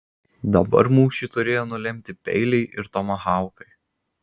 dabar mūšį turėjo nulemti peiliai ir tomahaukai